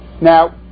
Now